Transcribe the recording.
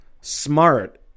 smart